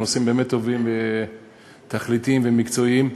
נושאים באמת טובים ותכליתיים ומקצועיים.